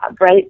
right